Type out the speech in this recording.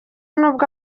n’ubwo